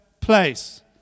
place